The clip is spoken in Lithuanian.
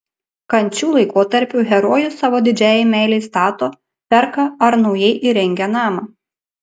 kančių laikotarpiu herojus savo didžiajai meilei stato perka ar naujai įrengia namą